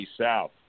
South